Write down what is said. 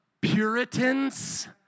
Puritans